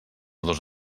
dos